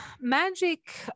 magic